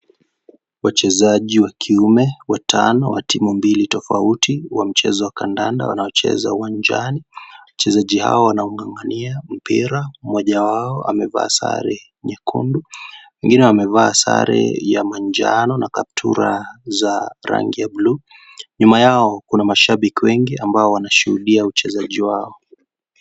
Wachezaji wa kiume, watano wa timu mbili tofauti wa mchezo wa kandanda wanaocheza uwanjani. Wachezaji hao wanaung'ang'ania mpira. Mmoja wao amevaa sare nyekundu, wengine wamevaa sare ya manjano, na kaptura za rangi ya bluu. Nyuma yao, kuna mashabiki wengi ambao wanashuhudia uchezaji wao.